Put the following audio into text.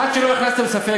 עד שלא הכנסתם ספק,